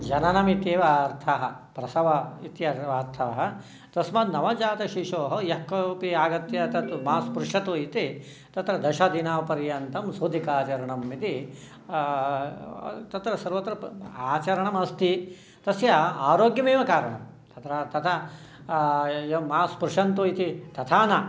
जननम् इत्येव अर्थः प्रसव तस्मात् नवजातशिशोः यः कोपि आगत्य तत् मा स्पृशतु इति तत्र दशदिनपर्यन्तं सूतिकाचरणम् इति तत्र सर्वत्र आचर्णम् अस्ति तस्य आरोग्यमेव कारणं तत्र तथा इयं मा स्पृशन्तु इति तथा न